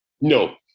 no